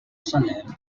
salem